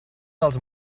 dels